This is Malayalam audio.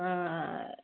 ആ